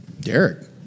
Derek